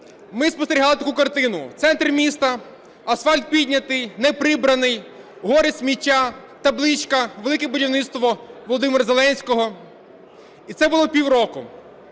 ми спостерігали таку картину: в центрі міста асфальт піднятий, не прибраний, гори сміття, табличка "Велике будівництво" Володимира Зеленського. І це було півроку.